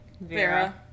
Vera